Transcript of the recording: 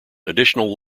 additional